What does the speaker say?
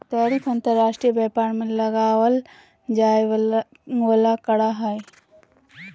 tariff अंतर्राष्ट्रीय व्यापार में लगाल जाय वला कर हइ